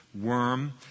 worm